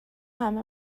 همه